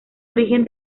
origen